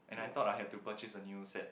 and I thought I had to purchase a new set